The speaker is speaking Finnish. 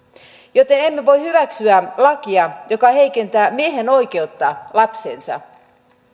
joten emme voi hyväksyä lakia joka heikentää miehen oikeutta lapseensa